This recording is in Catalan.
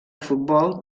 futbol